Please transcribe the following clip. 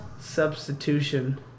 Substitution